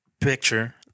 picture